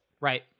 right